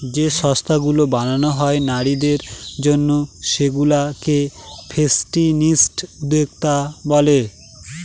যে সংস্থাগুলো বানানো হয় নারীদের জন্য সেগুলা কে ফেমিনিস্ট উদ্যোক্তা বলে